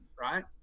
right